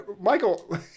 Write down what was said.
michael